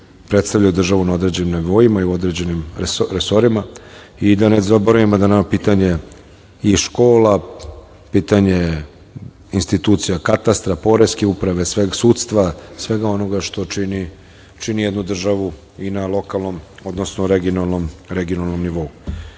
predstavljaju državu na određenim nivoima i određenim resorima i da ne zaboravimo da pitanja škola, pitanje institucija katastra, poreske uprave, sudstva, svega onoga što čini jednu državu i na lokalnom, odnosno regionalnom